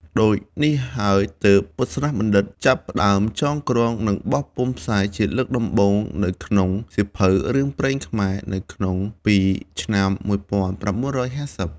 ដូចនេះហើយទើប ពុទ្ធសាសនបណ្ឌិត្យ ចាប់ផ្តើមចងក្រង និងបោះពុម្ពផ្សាយជាលើកដំបូងនៅក្នុង សៀវភៅរឿងព្រេងខ្មែរ នៅក្នុងពី ឆ្នាំ១៩៥០។